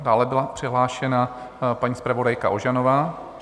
Dále byla přihlášená paní zpravodajka Ožanová.